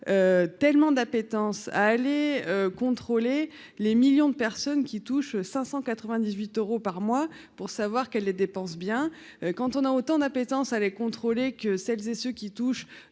tellement d'appétence à aller contrôler les millions de personnes qui touche 598 euros par mois pour savoir qu'elle les dépense bien quand on a autant d'appétence allait contrôler que celles et ceux qui touchent